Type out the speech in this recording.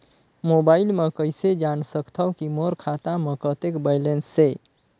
Mobile म कइसे जान सकथव कि मोर खाता म कतेक बैलेंस से?